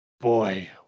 Boy